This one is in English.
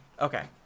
okay